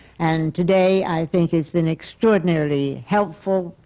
and today, i think it's been extraordinarily helpful,